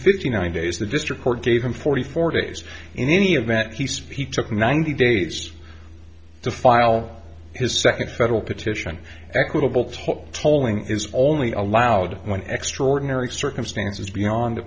fifty nine days the district court gave him forty four days in any event he speaks of ninety days to file his second federal petition equitable tolling is only allowed when extraordinary circumstances beyond the